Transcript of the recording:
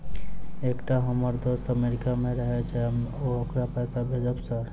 एकटा हम्मर दोस्त अमेरिका मे रहैय छै ओकरा पैसा भेजब सर?